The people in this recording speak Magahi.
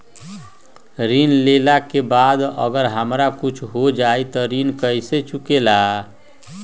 ऋण लेला के बाद अगर हमरा कुछ हो जाइ त ऋण कैसे चुकेला?